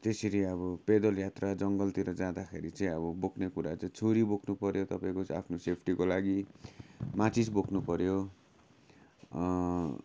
त्यसरी अब पैदल यात्रा जङ्घलतिर जाँदाखेरि चाहिँ अब बोक्ने कुरा चाहिँ छुरी बोक्नुपर्यो तपाईँको चाहिँ आफ्नो सेफ्टीको लागि माचिस बोक्नुपर्यो